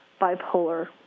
bipolar